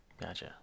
gotcha